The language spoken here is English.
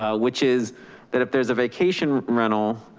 ah which is that if there's a vacation rental,